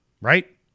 right